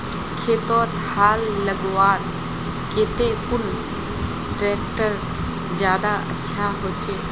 खेतोत हाल लगवार केते कुन ट्रैक्टर ज्यादा अच्छा होचए?